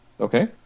Okay